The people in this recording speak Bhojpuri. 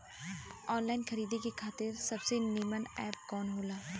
आनलाइन खरीदे खातिर सबसे नीमन एप कवन हो ला?